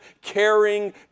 caring